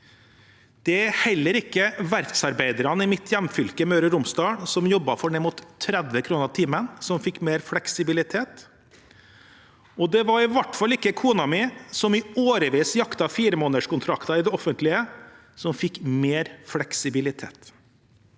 Det var heller ikke verftsarbeiderne i mitt hjemfylke, Møre og Romsdal, som jobbet for ned mot 30 kr timen, som fikk mer fleksibilitet. Det var i hvert fall ikke kona mi, som i årevis jaktet firemånederskontrakter i det offentlige, som fikk mer fleksibilitet.